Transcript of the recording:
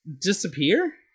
disappear